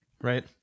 Right